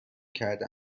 کرده